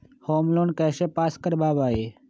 Home loan कैसे pass कर बाबई?